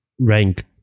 rank